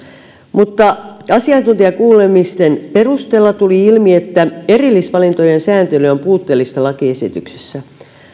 mutta asiantuntijakuulemisten perusteella tuli ilmi että erillisvalintojen sääntely on puutteellista lakiesityksessä